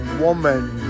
woman